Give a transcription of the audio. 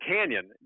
Canyon